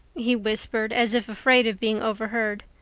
he whispered, as if afraid of being overheard,